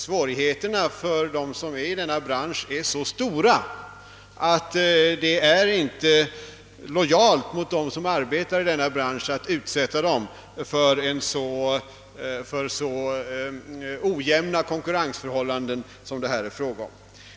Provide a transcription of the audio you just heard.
Svårigheterna för dem som arbetar i denna bransch är så stora, att det inte är lojalt att även utsätta dem för så ojämna konkurrensförhållanden som blir följden av denna skatt.